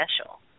special